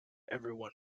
everyone